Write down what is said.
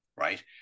right